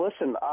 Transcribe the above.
listen